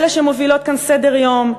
אלה שמובילות כאן סדר-יום,